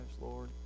Lord